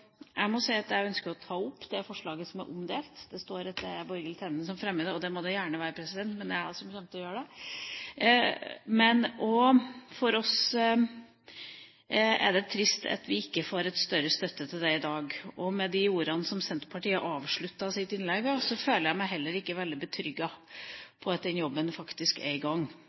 det må det gjerne være, men det er jeg som kommer til å gjøre det. For oss er det trist at vi ikke får større støtte til dette i dag. Med de ordene som Senterpartiet avsluttet sitt innlegg med, føler jeg meg heller ikke veldig trygg på at den jobben faktisk er i gang.